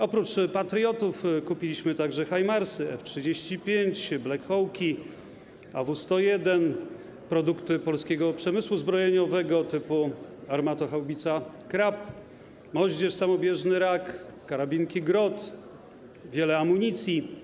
Oprócz patriotów kupiliśmy także himarsy, F-35, black hawki, AW101, produkty polskiego przemysłu zbrojeniowego typu armatohaubica Krab, moździerz samobieżny Rak, karabinki Grot, wiele amunicji.